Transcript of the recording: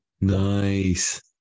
Nice